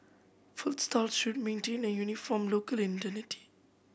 food stalls should maintain a uniform local identity